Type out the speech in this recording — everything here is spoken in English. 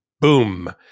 Boom